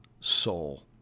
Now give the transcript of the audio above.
soul